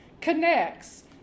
connects